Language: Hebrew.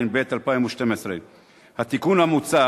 התשע"ב 2012. התיקון המוצע